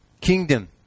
kingdom